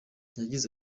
yagize